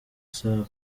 saa